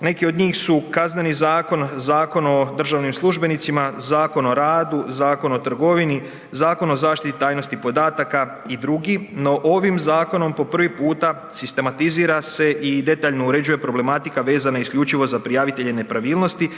Neki od njih su Kazneni zakon, Zakon o državnim službenicima, Zakon o radu, Zakon o trgovini, Zakon o zaštiti tajnosti podataka i drugi. No, ovim zakonom po prvi puta sistematizira se i detaljno uređuje problematika vezana isključivo za prijavitelje nepravilnosti,